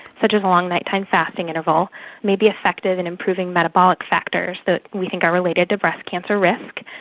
such as a long night-time fasting interval, may be effective in improving metabolic factors that we think are related to breast cancer risk.